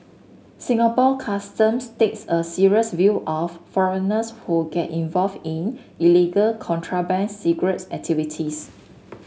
Singapore Customs takes a serious view of foreigners who get involve in illegal contraband cigarette activities